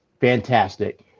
fantastic